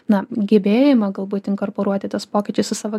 na gebėjimą galbūt inkorporuoti tuos pokyčius su savo